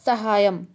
సహాయం